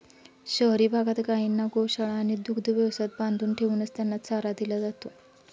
शहरी भागात गायींना गोशाळा आणि दुग्ध व्यवसायात बांधून ठेवूनच त्यांना चारा दिला जातो